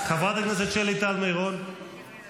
כי אתה כישלון --- אני יכול לעשות לך בית